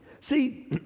See